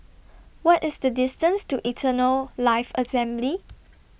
What IS The distance to Eternal Life Assembly